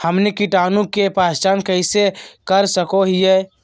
हमनी कीटाणु के पहचान कइसे कर सको हीयइ?